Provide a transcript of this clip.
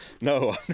no